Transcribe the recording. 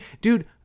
Dude